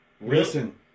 listen